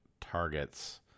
targets